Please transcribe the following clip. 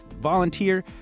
volunteer